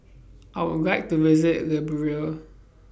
I Would like to visit Liberia